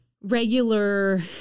regular